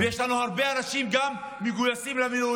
ויש לנו גם הרבה אנשים מגויסים למילואים.